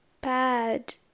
bad